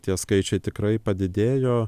tie skaičiai tikrai padidėjo